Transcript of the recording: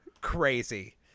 Crazy